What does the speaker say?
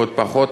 ועוד פחות.